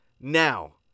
Now